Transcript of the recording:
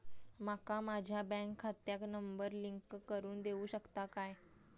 माका माझ्या बँक खात्याक नंबर लिंक करून देऊ शकता काय?